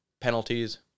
penalties